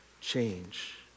change